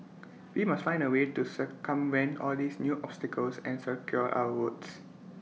we must find A way to circumvent all these new obstacles and secure our votes